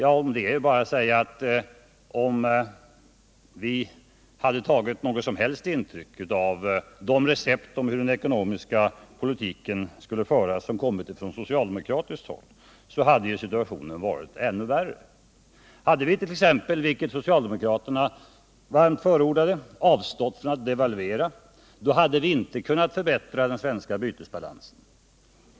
Om det är bara att säga att ifall vi hade tagit något som helst intryck av de recept på hur den ekonomiska politiken skall föras, som kommit från socialdemokratiskt håll, hade situationen varit ännu värre. Hade vit.ex. — vilket socialdemokraterna varmt förordade — avstått från att devalvera, hade vi inte kunnat förbättra den svenska bytesbalansen.